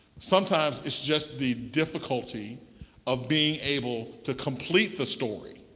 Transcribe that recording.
sometimes it's just the difficulty of being able to complete the story